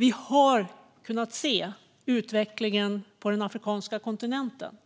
Vi har sett utvecklingen på den afrikanska kontinenten,